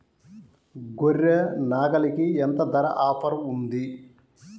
గొర్రె, నాగలికి ఎంత ధర ఆఫర్ ఉంది?